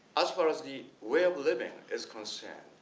as far as the way of living is concerned,